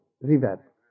river